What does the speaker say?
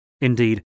Indeed